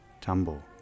Tumble